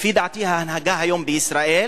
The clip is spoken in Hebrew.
לפי דעתי, ההנהגה היום בישראל,